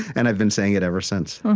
and i've been saying it ever since